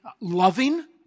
loving